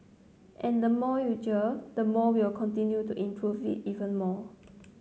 and the more you jeer the more will continue to improve it even more